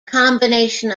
combination